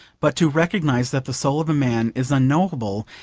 but to recognise that the soul of a man is unknowable,